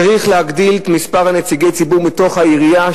צריך להגדיל את מספר נציגי הציבור מתוך העירייה,